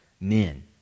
men